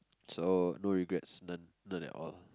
so no regrets none none at all